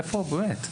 איפה באמת?